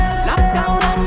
Lockdown